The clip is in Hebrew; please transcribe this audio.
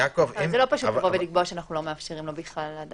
זה לא פשוט לקבוע שאנחנו לא מאפשרים לו בכלל.